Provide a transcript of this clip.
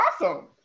awesome